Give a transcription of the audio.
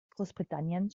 großbritanniens